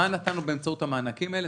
מה נתנו באמצעות המענקים האלה?